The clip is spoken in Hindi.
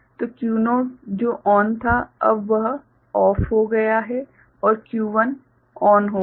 तो Q0 जो चालू था वह अब बंद हो गया और Q1 चालू हो गया